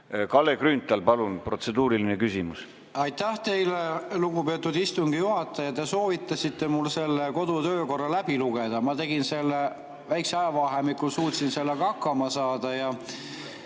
Kalle Grünthal, palun, protseduuriline küsimus! Aitäh teile, lugupeetud istungi juhataja! Te soovitasite mul selle kodu- ja töökorra läbi lugeda. Ma tegin seda selle väikese ajavahemiku ajal, suutsin sellega hakkama saada